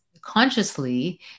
consciously